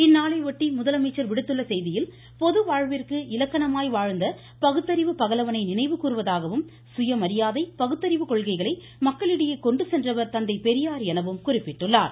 இந்நாளையொட்டி முதலமைச்சர் விடுத்துள்ள செய்தியில் பொது வாழ்விற்கு இலக்கணமாய் வாழ்ந்த பகுத்தறிவு பகலவனை நினைவுகூர்வதாகவும் சுய மரியாதை பகுத்தறிவு கொள்கைகளை மக்களிடையே கொண்டுசென்றவர் தந்தை பெரியார் எனவும் குறிப்பிட்டுள்ளா்